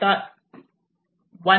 आता 1